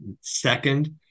second